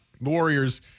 Warriors